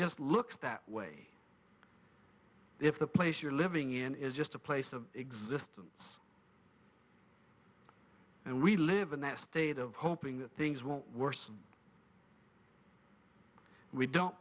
just looks that way if the place you're living in is just a place of existence and we live in that state of hoping that things won't worse we don't